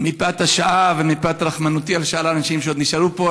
מפאת השעה ומפאת רחמנותי על שאר האנשים שעוד נשארו פה,